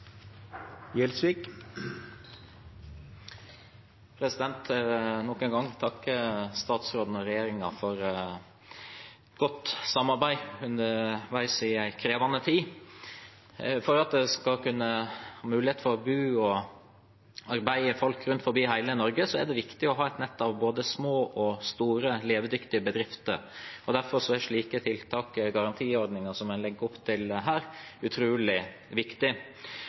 Jeg vil nok en gang takke statsråden og regjeringen for godt samarbeid underveis i en krevende tid. For at det skal være mulig for folk å bo og arbeide i hele Norge, er det viktig å ha et nett av både små og store levedyktige bedrifter. Derfor er slike tiltak og garantiordninger som en legger opp til her, utrolig